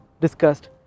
discussed